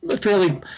fairly